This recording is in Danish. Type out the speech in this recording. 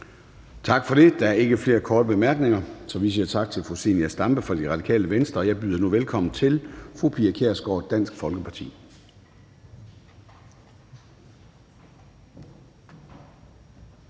Tak for det. Der er ikke flere korte bemærkninger, så vi siger tak til fru Zenia Stampe fra Radikale Venstre. Jeg byder nu velkommen til fru Pia Kjærsgaard, Dansk Folkeparti.